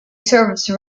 service